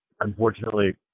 unfortunately